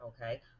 Okay